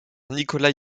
nikolaï